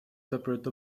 separate